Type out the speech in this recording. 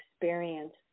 experience